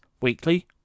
weekly